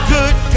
Good